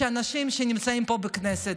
של אנשים שנמצאים פה בכנסת,